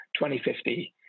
2050